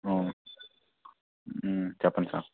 చెప్పండి సార్